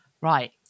right